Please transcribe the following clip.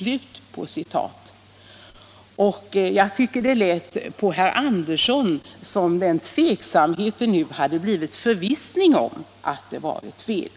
Jag tycker att det lät på herr Andersson i Lycksele som om den tveksamheten nu hade blivit förvissning om att det var fel.